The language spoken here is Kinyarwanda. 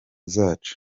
zacu